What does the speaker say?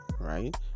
Right